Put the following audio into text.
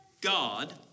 God